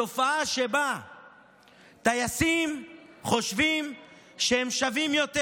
התופעה שבה טייסים חושבים שהם שווים יותר.